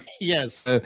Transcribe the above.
yes